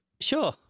sure